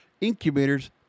incubators